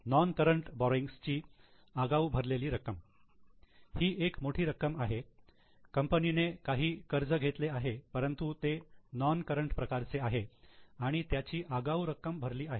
non current borrowings ची आगाऊ भरलेली रक्कम ही एक मोठी रक्कम आहे कंपनीने काही कर्ज घेतले आहे परंतु ते नोन करंट प्रकारचे आहे आणि त्याची आगाऊ रक्कम भरली आहे